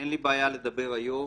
אין לי בעיה לדבר היום,